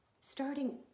starting